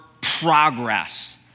progress